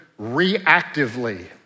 reactively